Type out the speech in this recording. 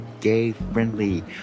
gay-friendly